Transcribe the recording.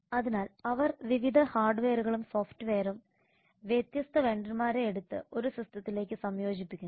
അതിനാൽ അവർ വിവിധ ഹാർഡ്വെയറുകളും സോഫ്റ്റ്വെയറുകളും വ്യത്യസ്ത വെണ്ടർമാരെ എടുത്ത് ഒരു സിസ്റ്റത്തിലേക്ക് സംയോജിപ്പിക്കുന്നു